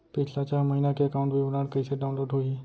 पिछला छः महीना के एकाउंट विवरण कइसे डाऊनलोड होही?